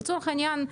לצורך העניין,